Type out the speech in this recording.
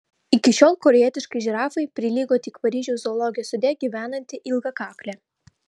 iki šiol korėjietiškai žirafai prilygo tik paryžiaus zoologijos sode gyvenanti ilgakaklė